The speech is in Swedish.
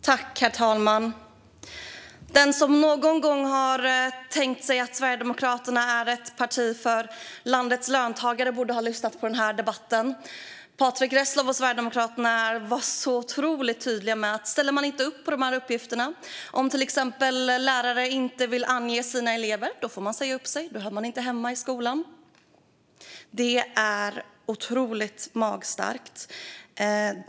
Herr talman! Den som någon gång har tänkt att Sverigedemokraterna är ett parti för landets löntagare borde lyssna på den här debatten. Patrick Reslow och Sverigedemokraterna var otroligt tydliga: Ställer man inte upp på de här uppgifterna - till exempel om lärare inte vill ange sina elever - får man säga upp sig. Då hör man inte hemma i skolan. Det är verkligen magstarkt.